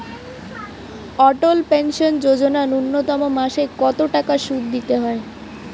অটল pension Yojana ন্যূনতম মাসে কত টাকা সুধ দিতে হয়?